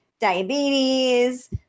diabetes